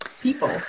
people